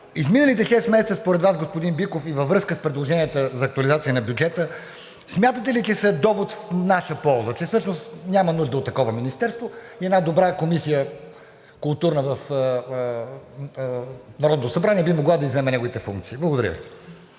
изминалите шест месеца според Вас, господин Биков, и във връзка с предложенията за актуализация на бюджета, смятате ли, че са довод в наша полза, че всъщност няма нужда от такова министерство и една добра комисия, културна, в Народното събрание би могла да изземе неговите функции? Благодаря Ви.